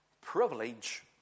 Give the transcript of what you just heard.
Privilege